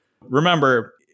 Remember